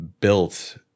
built